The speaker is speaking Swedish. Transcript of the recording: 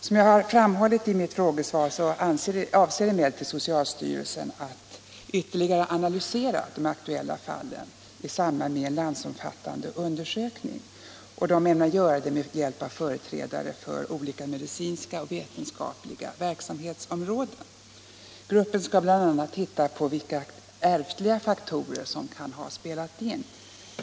Som jag framhållit i mitt frågesvar avser socialstyrelsen att ytterligare analysera de aktuella fallen i samband med en landsomfattande undersökning. Denna undersökning skall ske med hjälp av företrädare för olika medicinska och vetenskapliga verksamhetsområden. Gruppen skall bl.a. titta på vilka ärftliga faktorer som kan ha spelat in.